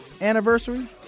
anniversary